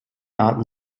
arten